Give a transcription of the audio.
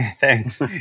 Thanks